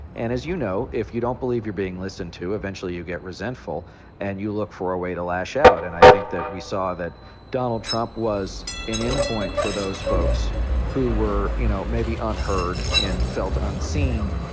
and as you know, if you don't believe you're being listened to, eventually you get resentful and you look for a way to lash out. and i think that we saw that donald trump was an endpoint for those folks who were, you know, maybe unheard and felt unseen,